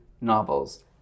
novels